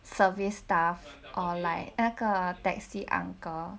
service staff or like 那个 taxi uncle